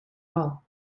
all